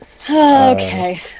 okay